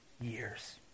years